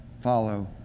follow